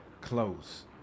close